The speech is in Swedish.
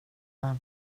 man